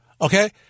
Okay